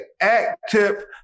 active